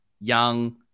Young